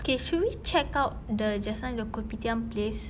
okay should we check out the just now the kopitiam place